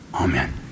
Amen